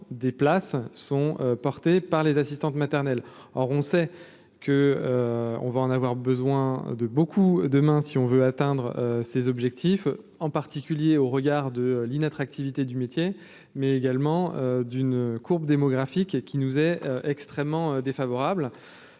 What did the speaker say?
des places sont portés par les assistantes maternelles auront c'est que on va en avoir besoin de beaucoup demain si on veut atteindre ses objectifs, en particulier au regard de in attractivité du métier, mais également d'une courbe démographique qui nous est extrêmement défavorable,